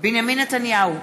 בנימין נתניהו,